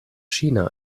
china